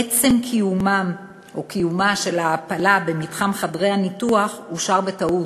עצם קיומה של ההפלה במתחם חדרי הניתוח אושר בטעות.